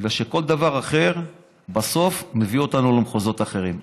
כל דבר אחר בסוף מביא אותנו למחוזות אחרים.